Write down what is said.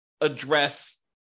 address